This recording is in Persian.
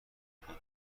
پنهان